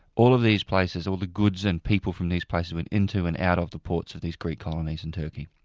all of these places, all the goods and people from these places went into and out of the ports of these greek colonies in turkey.